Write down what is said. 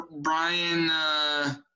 Brian –